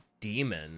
demon